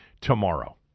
tomorrow